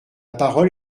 parole